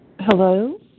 Hello